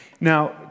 Now